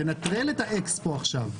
תנטרל את האקספו עכשיו.